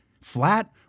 Flat